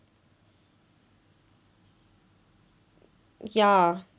ya